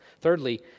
Thirdly